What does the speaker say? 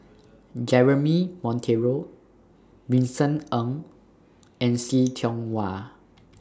Jeremy Monteiro Vincent Ng and See Tiong Wah